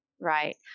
Right